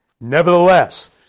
Nevertheless